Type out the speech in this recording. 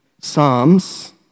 Psalms